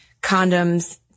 condoms